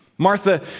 Martha